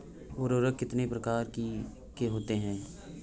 उर्वरक कितनी प्रकार के होता हैं?